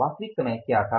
वास्तविक समय क्या था